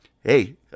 Hey